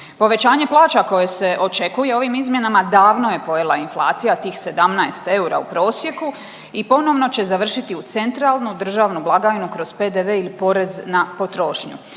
Povećanje plaća koje se očekuje ovim izmjenama davno je pojela inflacija tih 17 eura u prosjeku i ponovno će završiti u centralnu državnu blagajnu kroz PDV ili porez na potrošnju.